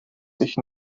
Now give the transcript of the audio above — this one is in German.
sich